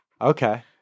Okay